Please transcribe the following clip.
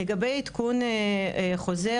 לגבי עדכון חוזר,